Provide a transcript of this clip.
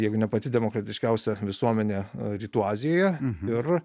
jeigu ne pati demokratiškiausia visuomenė rytų azijoje ir